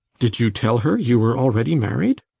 did you tell her you were already married?